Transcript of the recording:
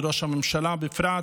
לראש הממשלה בפרט,